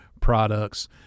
products